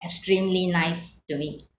extremely nice to me